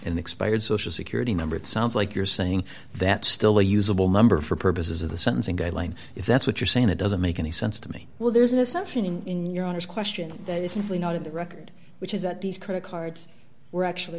an expired social security number it sounds like you're saying that still usable number for purposes of the sentencing guideline if that's what you're saying it doesn't make any sense to me well there's an assumption in your honour's question that is simply not in the record which is that these credit cards were actually